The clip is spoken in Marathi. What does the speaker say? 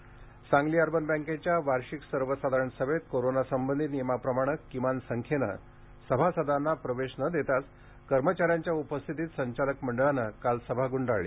बँक सभा सांगली अर्बन बँकेच्या वार्षिक सर्व साधारण सभेत कोरोनासंबंधी नियमाप्रमाणे किमान संख्येत सभासदांना प्रवेश न देताच कर्मचाऱ्यांच्या उपस्थितीत संचालक मंडळाने काल सभा गूंडाळली